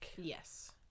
Yes